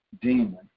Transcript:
demon